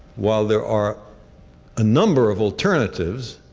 while there are a number of alternatives,